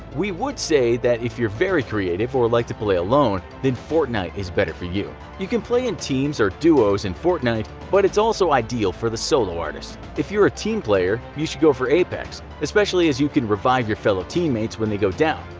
we would say that if you are very creative, or like to play alone, then fortnite is better for you. you can play in teams or duos in fortnite, but it's also ideal for the solo-artist. if you are a team player, you should go for apex, especially as you can revive your fellow teammates when they go down.